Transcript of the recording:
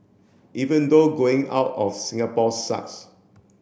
even though going out of Singapore sucks